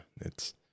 it's-